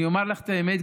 אני אומר לך את האמת,